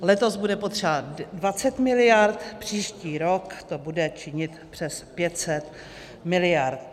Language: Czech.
Letos bude potřebovat 20 mld., příští rok to bude činit přes 500 mld.